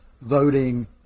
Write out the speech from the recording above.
voting